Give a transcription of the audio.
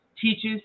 teaches